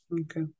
Okay